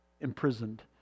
imprisoned